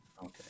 Okay